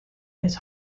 his